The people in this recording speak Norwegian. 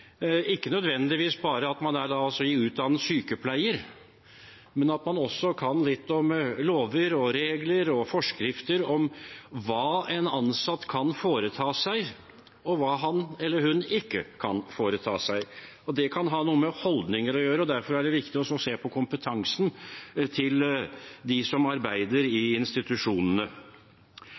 ikke nødvendigvis bare at man er utdannet sykepleier, men at man også kan litt om lover, regler, forskrifter og hva en ansatt kan foreta seg, og hva han eller hun ikke kan foreta seg. Det kan ha noe med holdninger å gjøre, og derfor er det viktig å se på kompetansen til dem som arbeider i institusjonene.